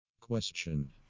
Question